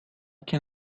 can